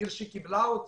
עיר שקיבלה אותי,